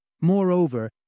Moreover